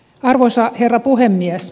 arvoisa herra puhemies